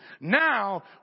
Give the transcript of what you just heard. Now